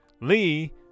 Lee